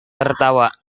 tertawa